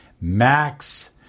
Max